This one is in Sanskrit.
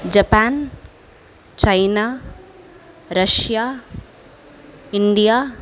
Japan China Russia India